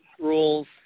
rules